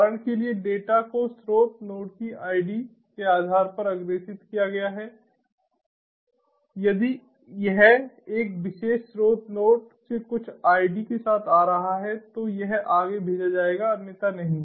उदाहरण के लिए डेटा को स्रोत नोड की आईडी के आधार पर अग्रेषित किया जाएगा यदि यह एक विशेष स्रोत नोड से कुछ आईडी के साथ आ रहा है तो यह आगे भेजा जाएगा अन्यथा नहीं